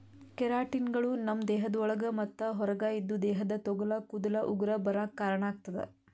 ಕೆರಾಟಿನ್ಗಳು ನಮ್ಮ್ ದೇಹದ ಒಳಗ ಮತ್ತ್ ಹೊರಗ ಇದ್ದು ದೇಹದ ತೊಗಲ ಕೂದಲ ಉಗುರ ಬರಾಕ್ ಕಾರಣಾಗತದ